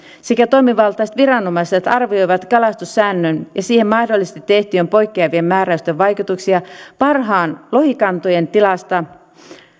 sekä toimivaltaiset viranomaiset arvioivat kalastussäännön ja siihen mahdollisesti tehtyjen poikkeavien määräysten vaikutuksia parhaan lohikantojen tilasta